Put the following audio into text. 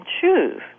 choose